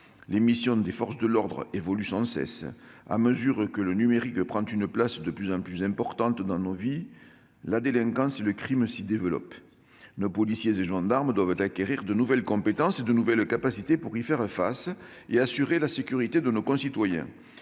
Les missions des forces de l'ordre évoluent sans cesse. À mesure que le numérique prend une place de plus en plus importante dans nos vies, la délinquance et le crime s'y développent. Nos policiers et gendarmes doivent acquérir de nouvelles compétences et de nouvelles capacités pour faire face et assurer la sécurité de nos concitoyens.